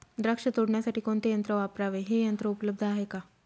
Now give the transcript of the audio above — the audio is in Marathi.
द्राक्ष तोडण्यासाठी कोणते यंत्र वापरावे? हे यंत्र उपलब्ध आहे का?